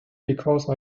because